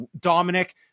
Dominic